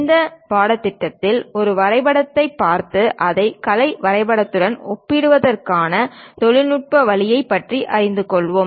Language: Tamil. இந்த பாடத்திட்டத்தில் ஒரு வரைபடத்தைப் பார்த்து அதை கலை வரைபடத்துடன் ஒப்பிடுவதற்கான தொழில்நுட்ப வழியைப் பற்றி அறிந்து கொள்வோம்